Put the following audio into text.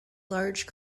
large